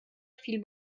viel